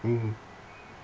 mmhmm